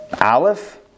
Aleph